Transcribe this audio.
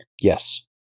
Yes